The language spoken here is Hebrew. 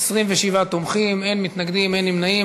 27 תומכים, אין מתנגדים, אין נמנעים.